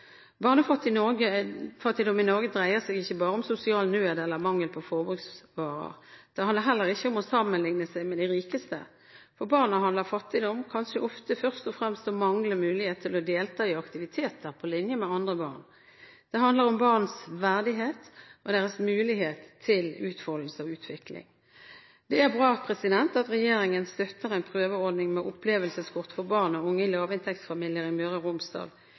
handler fattigdom kanskje først og fremst om manglende mulighet til å delta i aktiviteter på linje med andre barn. Det handler om barns verdighet og deres mulighet til utfoldelse og utvikling. Det er bra at regjeringen støtter en prøveordning med opplevelseskort for barn og unge i lavinntektsfamilier i Møre og Romsdal.